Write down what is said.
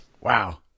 Wow